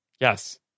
Yes